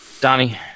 Donnie